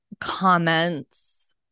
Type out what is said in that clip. comments